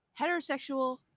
heterosexual